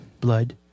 Blood